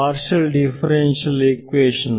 partial differential equation